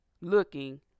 looking